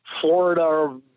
Florida